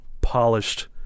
polished